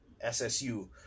SSU